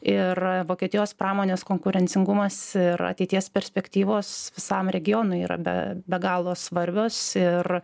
ir vokietijos pramonės konkurencingumas ir ateities perspektyvos visam regionui yra be be galo svarbios ir